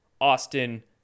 Austin